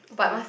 okay